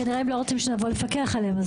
הם כנראה לא רוצים שנבוא לפקח עליהם,